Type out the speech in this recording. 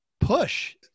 push